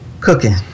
cooking